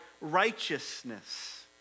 righteousness